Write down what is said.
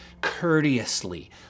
courteously